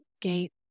gate